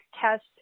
test